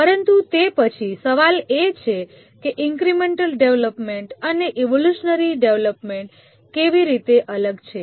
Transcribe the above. પરંતુ તે પછી સવાલ એ છે કે ઈન્ક્રિમેન્ટલ ડેવલપમેન્ટ અને ઈવોલ્યુશનરી ડેવલપમેન્ટ કેવી રીતે અલગ છે